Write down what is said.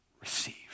Receive